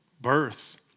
birth